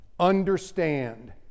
understand